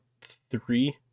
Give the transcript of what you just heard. three